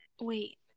wait